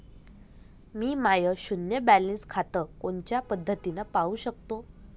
मी माय शुन्य बॅलन्स खातं कोनच्या पद्धतीनं पाहू शकतो?